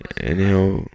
Anyhow